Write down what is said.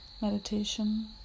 meditation